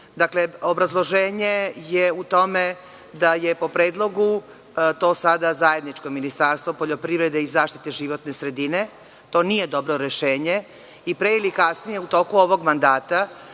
planiranja“.Obrazloženje je u tome da je po predlogu to sada zajedničko Ministarstvo poljoprivrede i zaštite životne sredine. To nije dobro rešenje. Pre ili kasnije u toku ovog mandata,